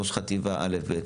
בעצם,